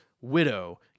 widow